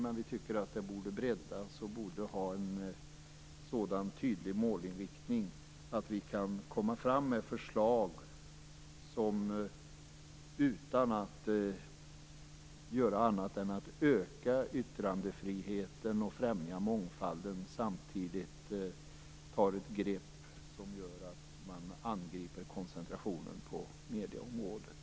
Men det borde breddas och ha en så tydlig målinriktning att yttrandefriheten och mångfalden kan ökas samtidigt som det kan ta ett helhetsgrepp så att man kan angripa koncentrationen på medieområdet.